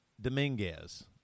Dominguez